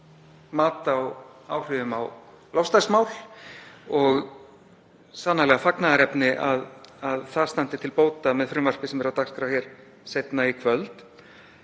mat á áhrifum á loftslagsmál og sannarlega fagnaðarefni að það standi til bóta með frumvarpi sem er á dagskrá hér seinna í kvöld.